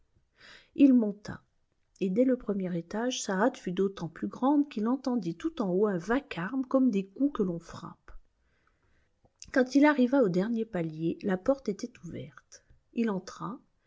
il monta et dès le premier étage sa hâte fut d'autant plus grande qu'il entendit tout en haut un vacarme comme des coups que l'on frappe quand il arriva au dernier palier la porte était ouverte il entra